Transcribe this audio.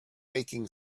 making